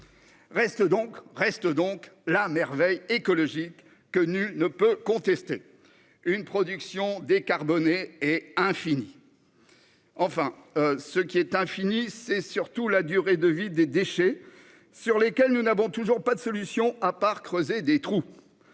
Reste la merveille écologique, que nul ne peut contester : une production décarbonée et infinie. Enfin, ce qui est infini, c'est surtout la durée de vie des déchets, pour lesquels nous ne disposons toujours pas de solution, sinon creuser des trous.